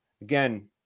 again